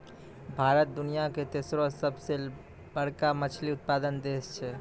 भारत दुनिया के तेसरो सभ से बड़का मछली उत्पादक देश छै